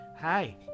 Hi